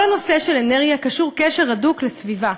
כל הנושא של אנרגיה קשור קשר הדוק לסביבה.